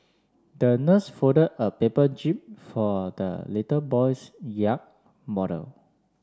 the nurse folded a paper jib for the little boy's yacht model